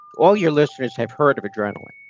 all your listeners have heard of adrenaline.